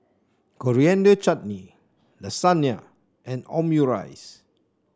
Coriander Chutney Lasagne and Omurice